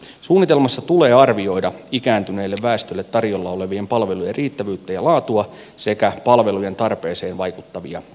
suunnitelmassa tulee arvioida ikääntyneelle väestölle tarjolla olevien palvelujen riittävyyttä ja laatua sekä palvelujen tarpeeseen vaikuttavia tekijöitä